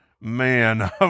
Man